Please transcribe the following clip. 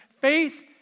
Faith